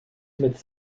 mit